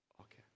okay